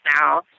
now